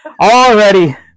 Already